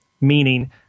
meaning